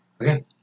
Okay